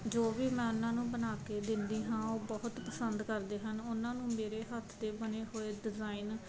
ਜੋ ਵੀ ਮੈਂ ਉਹਨਾਂ ਨੂੰ ਬਣਾ ਕੇ ਦਿੰਦੀ ਹਾਂ ਉਹ ਬਹੁਤ ਪਸੰਦ ਕਰਦੇ ਹਨ ਉਹਨਾਂ ਨੂੰ ਮੇਰੇ ਹੱਥ ਦੇ ਬਣੇ ਹੋਏ ਡਿਜ਼ਾਇਨ